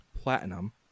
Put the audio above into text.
platinum